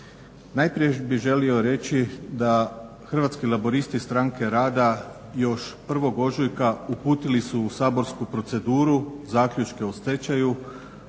Najprije bih želio reći da Hrvatski laburisti-Stranke rada još 1.ožujka uputili su u saborsku proceduru zaključke o stečaju